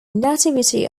nativity